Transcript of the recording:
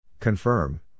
Confirm